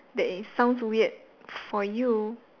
that it sounds weird for you